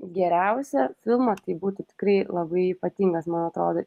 geriausią filmą tai būtų tikrai labai ypatingas man atrodo